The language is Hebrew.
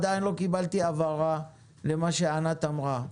עדיין לא קיבלתי הבהרה למה שענת אמרה.